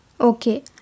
Okay